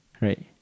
Right